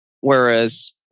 whereas